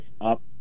up